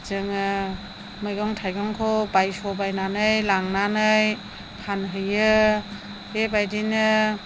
जोङो मैगं थाइगंखौ बायस'बायनानै लांनानै फानहैयो बेबायदिनो